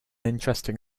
interesting